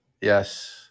Yes